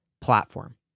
platform